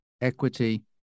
equity